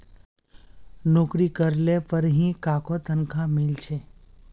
नोकरी करले पर ही काहको तनखा मिले छे